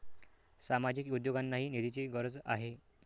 सामाजिक उद्योगांनाही निधीची गरज आहे